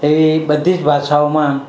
એવી બધી જ ભાષાઓમાં